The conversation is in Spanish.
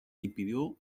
impidió